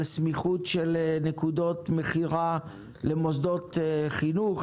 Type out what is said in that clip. סמיכות של נקודת מכירה למוסדות חינוך,